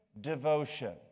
devotion